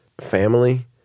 Family